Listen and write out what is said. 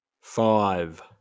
Five